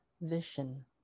vision